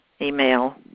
email